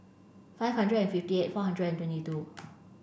five hundred and fifty eight four hundred and twenty two